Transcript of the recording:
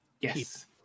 Yes